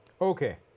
Okay